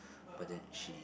but then she